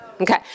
Okay